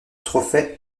trophée